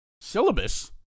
Syllabus